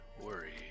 worry